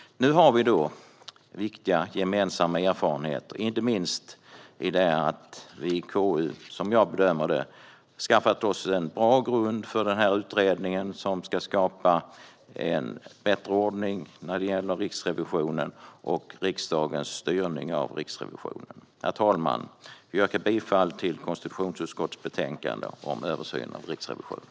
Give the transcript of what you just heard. Nu har vi fått viktiga gemensamma erfarenheter. Inte minst har vi i KU, som jag bedömer det, skaffat oss en bra grund för utredningen som ska skapa en bättre ordning när det gäller Riksrevisionen och riksdagens styrning av Riksrevisionen. Herr talman! Jag yrkar bifall till konstitutionsutskottets förslag i betänkandet Översyn av Riksrevisionen .